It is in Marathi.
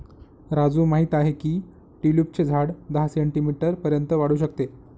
राजू माहित आहे की ट्यूलिपचे झाड दहा सेंटीमीटर पर्यंत वाढू शकते